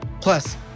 Plus